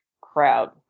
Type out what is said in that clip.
crowd